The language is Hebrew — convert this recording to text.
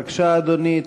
בבקשה, אדוני.